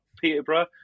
Peterborough